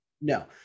no